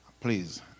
Please